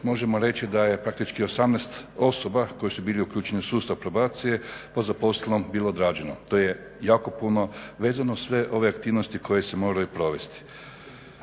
možemo reći da je praktički 18 osoba koje su bile uključene u sustav probacije po zaposlenom bilo odrađeno. To je jako puno vezano uz sve ove aktivnosti koje se moraju provesti.